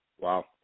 Wow